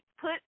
put